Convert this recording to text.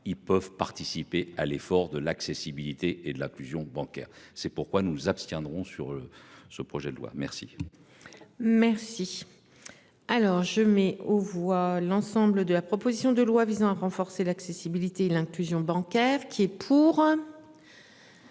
ils peuvent participer à l'effort de l'accessibilité et de la collusion bancaire. C'est pourquoi nous nous abstiendrons sur ce projet de loi. Merci. Merci. Alors je mets aux voix l'ensemble de la proposition de loi visant à renforcer l'accessibilité et l'inclusion bancaire. Qui est pour.